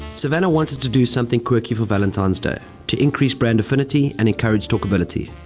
savanna wanted to do something quirky for valentine's day to increase brand infinity and encourage talkability.